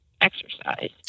exercise